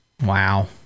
Wow